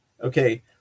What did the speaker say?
Okay